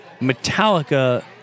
Metallica